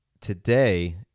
today